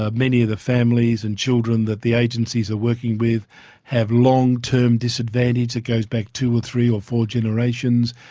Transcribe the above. ah many of the families and children that the agencies are working with have long term disadvantage that goes back two, or three or four generations.